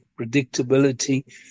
predictability